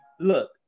Look